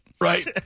Right